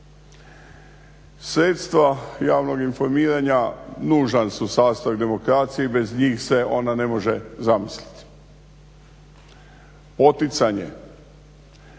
Sredstva javnog informiranja nužan su sastojak demokracije i bez njih se ona ne može zamisliti. Poticanje